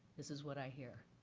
this is what i hear.